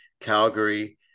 Calgary